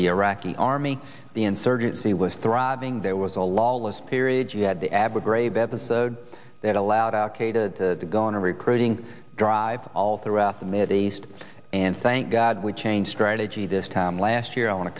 the iraqi army the insurgency was thriving there was a lawless period you had the abu ghraib episode that allowed to go on a recruiting drive all throughout the mid east and thank god we change strategy this time last year